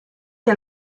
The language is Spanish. que